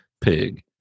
pig